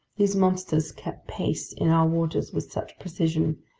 these monsters kept pace in our waters with such precision,